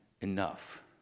enough